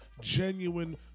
genuine